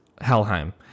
helheim